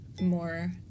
more